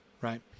Right